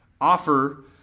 offer